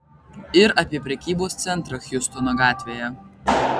ir apie prekybos centrą hjustono gatvėje